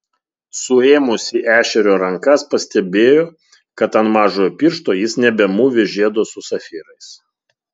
suėmusi ešerio rankas pastebėjo kad ant mažojo piršto jis nebemūvi žiedo su safyrais